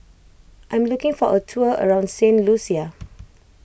I am looking for a tour around Saint Lucia